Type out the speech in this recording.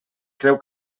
creu